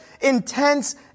intense